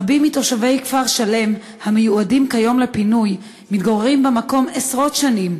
רבים מתושבי כפר-שלם המיועדים כיום לפינוי מתגוררים במקום עשרות שנים,